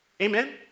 Amen